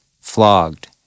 flogged